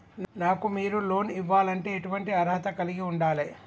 నాకు మీరు లోన్ ఇవ్వాలంటే ఎటువంటి అర్హత కలిగి వుండాలే?